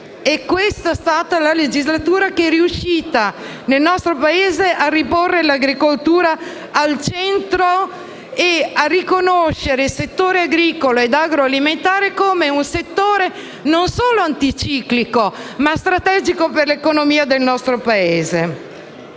questa è stata la legislatura che è riuscita a porre l'agricoltura nuovamente al centro e a riconoscere quello agricolo e agroalimentare come un settore non solo anticiclico, ma strategico per l'economia del nostro Paese.